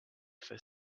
for